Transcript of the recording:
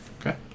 Okay